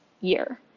year